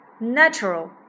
natural